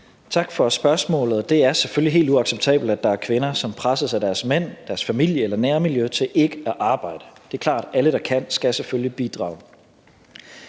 Tak for spørgsmålet. Det er selvfølgelig helt uacceptabelt, at der er kvinder, som presses af deres mænd, deres familie eller nærmiljø til ikke at arbejde. Det er klart, at alle, der kan, selvfølgelig skal bidrage.